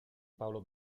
paolo